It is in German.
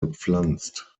gepflanzt